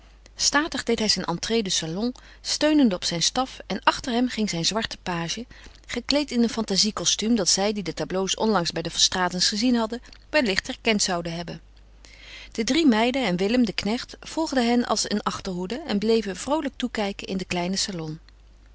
statig deed hij zijn entrée de salon steunende op zijn staf en achter hem ging zijn zwarte page gekleed in een fantazie kostuum dat zij die de tableaux onlangs bij de verstraetens gezien hadden wellicht herkend zouden hebben de drie meiden en willem de knecht volgden hen als een achterhoede en bleven vroolijk toekijken in den kleinen salon